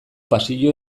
pasio